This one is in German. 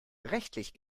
rechtlich